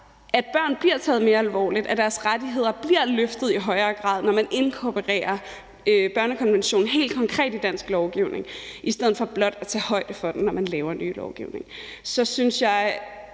tager børn mere alvorligt, at deres rettigheder bliver løftet i højere grad, når man inkorporerer børnekonventionen helt konkret i dansk lovgivning i stedet for blot at tage højde for den, når man laver ny lovgivning. Kl.